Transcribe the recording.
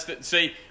See